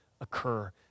occur